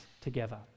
together